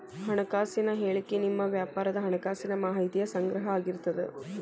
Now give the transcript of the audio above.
ಹಣಕಾಸಿನ ಹೇಳಿಕಿ ನಿಮ್ಮ ವ್ಯಾಪಾರದ್ ಹಣಕಾಸಿನ ಮಾಹಿತಿಯ ಸಂಗ್ರಹ ಆಗಿರ್ತದ